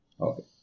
Okay